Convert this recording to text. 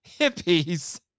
hippies